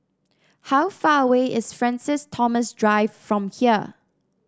how far away is Francis Thomas Drive from here